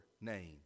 name